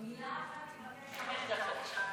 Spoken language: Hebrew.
מילה אחת מבקש חמש דקות.